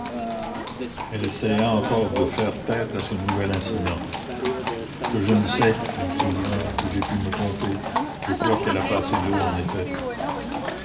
elle essaya encore de faire tête à ce nouvel incident que je ne sais monseigneur que j'ai pu me tromper je crois qu'elle a passé l'eau en effet